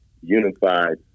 unified